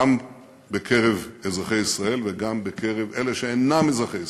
גם בקרב אזרחי ישראל וגם בקרב אלה שאינם אזרחי ישראל.